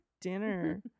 dinner